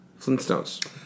Flintstones